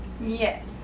Yes